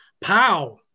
Pow